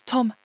Tom